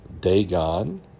Dagon